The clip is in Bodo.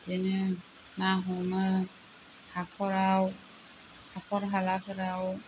बिदिनो ना हमो हाखराव हाखर हालाफोराव